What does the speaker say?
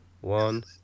one